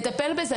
נטפל בזה.